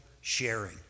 sharing